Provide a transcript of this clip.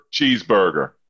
cheeseburger